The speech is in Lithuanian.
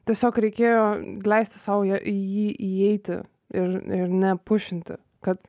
tiesiog reikėjo leisti sau ją į jį įeiti ir ir nepušinti kad